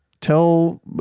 Tell